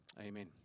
Amen